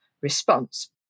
response